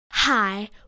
hi